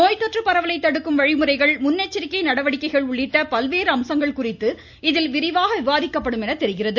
நோய்தொற்று தடுக்கும் வழிமுறைகள் முன்னெச்சரிக்கை நடவடிக்கைகள் உள்ளிட்ட பல்வேறு அம்சங்கள் குறித்து இதில் விரிவாக விவாதிக்கப்படும் என தெரிகிறது